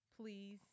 Please